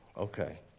Okay